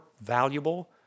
valuable